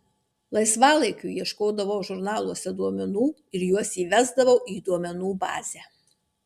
laisvalaikiu ieškodavau žurnaluose duomenų ir juos įvesdavau į duomenų bazę